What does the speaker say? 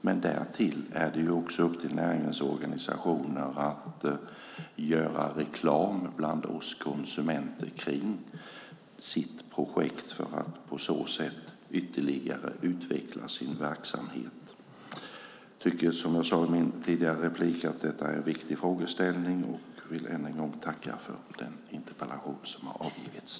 Men det är också upp till näringens organisationer att göra reklam för sitt projekt bland oss konsumenter för att på så sätt ytterligare utveckla sin verksamhet. Som jag sade i mitt tidigare inlägg tycker jag att detta är en viktig frågeställning, och jag vill än en gång tacka för den interpellation som har avgivits.